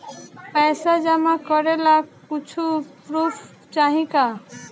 पैसा जमा करे ला कुछु पूर्फ चाहि का?